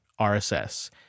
RSS